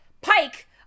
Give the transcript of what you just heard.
Pike